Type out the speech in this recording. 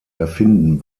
erfinden